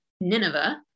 Nineveh